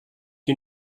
you